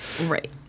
Right